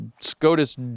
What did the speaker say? SCOTUS